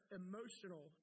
emotional